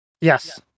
Yes